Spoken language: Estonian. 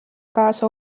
kaasa